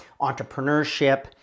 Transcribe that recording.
entrepreneurship